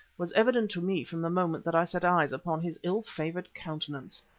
was evident to me from the moment that i set eyes upon his ill-favoured countenance.